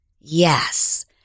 Yes